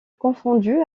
confondues